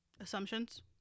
assumptions